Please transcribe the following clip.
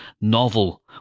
novel